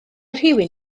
rhywun